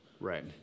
Right